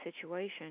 situation